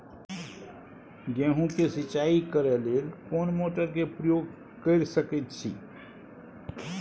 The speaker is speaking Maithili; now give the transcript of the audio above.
गेहूं के सिंचाई करे लेल कोन मोटर के प्रयोग कैर सकेत छी?